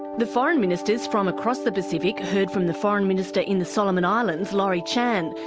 the foreign ministers from across the pacific, heard from the foreign minister in the solomon islands, laurie chan,